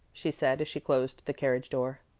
she said as she closed the carriage door.